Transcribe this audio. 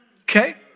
Okay